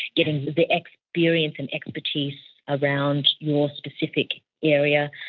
getting the experience and expertise around your specific area,